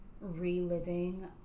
reliving